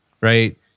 Right